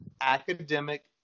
academic